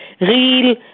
real